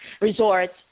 resorts